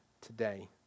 today